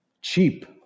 Cheap